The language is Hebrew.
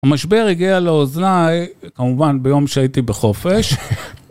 המשבר הגיע לאוזני, כמובן ביום שהייתי בחופש.